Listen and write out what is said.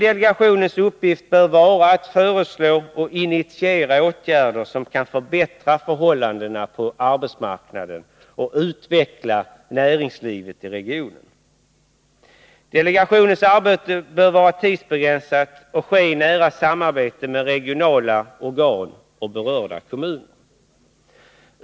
Delegationens uppgift bör vara att föreslå och initiera åtgärder som kan förbättra förhållandena på arbetsmarknaden och utveckla näringslivet i regionen. Delegationens arbete bör vara tidsbegränsat och ske i nära samarbete med regionala organ och berörda kommuner.